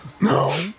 No